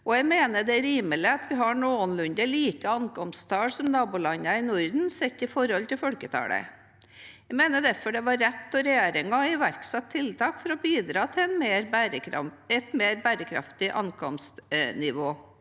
11 1557 det er rimelig at vi har noenlunde like ankomsttall som nabolandene i Norden, sett i forhold til folketallet. Jeg mener derfor det var rett av regjeringen å iverksette tiltak for å bidra til et mer bærekraftig ankomstnivå.